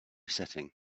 setting